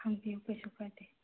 ꯍꯪꯕꯤꯌꯨ ꯀꯩꯁꯨ ꯀꯥꯏꯗꯦ